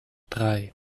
drei